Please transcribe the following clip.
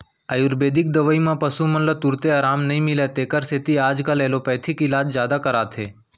आयुरबेदिक दवई मन म पसु ल तुरते अराम नई मिलय तेकर सेती आजकाल एलोपैथी इलाज जादा कराथें